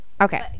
okay